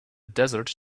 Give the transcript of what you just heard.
desert